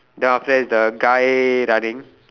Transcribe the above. then after that is the guy running